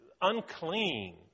unclean